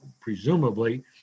presumably